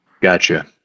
Gotcha